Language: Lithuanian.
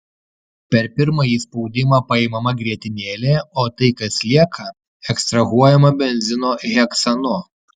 per pirmąjį spaudimą paimama grietinėlė o tai kas lieka ekstrahuojama benzino heksanu